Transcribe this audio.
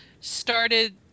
started